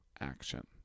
Action